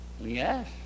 yes